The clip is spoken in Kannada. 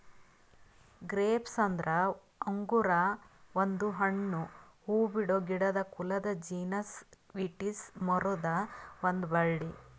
ಗ್ರೇಪ್ಸ್ ಅಂದುರ್ ಅಂಗುರ್ ಒಂದು ಹಣ್ಣು, ಹೂಬಿಡೋ ಗಿಡದ ಕುಲದ ಜೀನಸ್ ವಿಟಿಸ್ ಮರುದ್ ಒಂದ್ ಬಳ್ಳಿ